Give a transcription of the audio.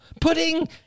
Pudding